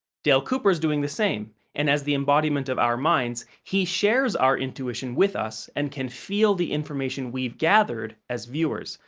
dale cooper is doing the same, same, and as the embodiment of our minds, he shares our intuition with us and can feel the information we've gathered as viewers,